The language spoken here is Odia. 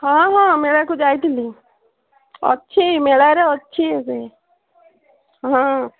ହଁ ହଁ ମେଳାକୁ ଯାଇଥିଲି ଅଛି ମେଳାରେ ଅଛି ଏବେ ହଁ